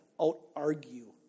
out-argue